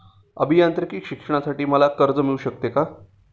अभियांत्रिकी शिक्षणासाठी मला कर्ज मिळू शकते का?